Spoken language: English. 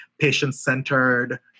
patient-centered